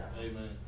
Amen